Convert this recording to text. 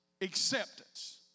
acceptance